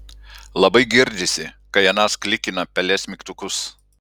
labai girdisi kai anas klikina pelės mygtukus